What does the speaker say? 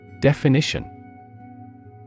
Definition